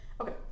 Okay